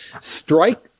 Strike